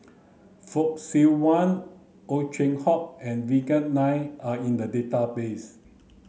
Fock Siew Wah Ow Chin Hock and Vikram Nair are in the database